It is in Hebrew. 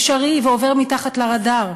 אפשרי, ועובר מתחת לרדאר.